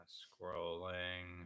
scrolling